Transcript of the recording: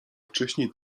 wcześniej